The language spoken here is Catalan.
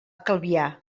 calvià